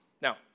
Now